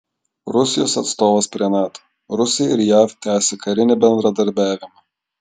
rusijos atstovas prie nato rusija ir jav tęsia karinį bendradarbiavimą